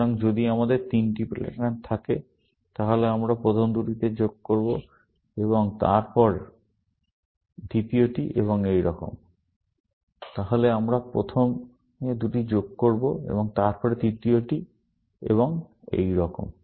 সুতরাং যদি আমাদের তিনটি প্যাটার্ন থাকে তাহলে আমরা প্রথমে দুটি যোগ করব এবং তারপরে তৃতীয়টি এবং এইরকম